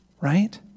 right